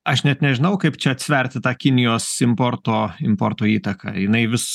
aš net nežinau kaip čia atsverti tą kinijos importo importo įtaką jinai vis